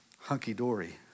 hunky-dory